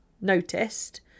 noticed